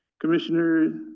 Commissioner